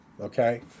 okay